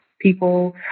people